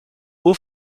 haut